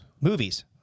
Movies